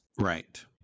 Right